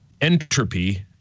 entropy